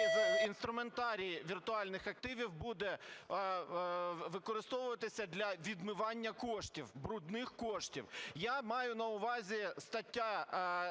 Дякую